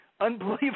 unbelievable